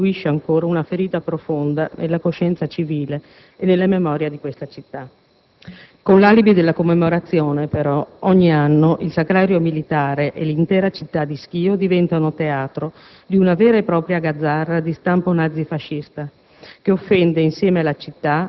un triste episodio che costituisce ancora una ferita profonda nella coscienza civile e nella memoria di questa città. Con l'alibi della commemorazione, però, ogni anno il Sacrario militare e l'intera città di Schio diventano teatro di una vera e propria gazzarra di stampo nazifascista